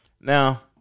Now